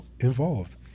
involved